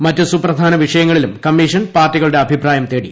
മറ്റ് സുപ്രധാന വിഷയങ്ങളിലും കമ്മീഷൻ പാർട്ടികളുടെ അഭിപ്രായം തേടി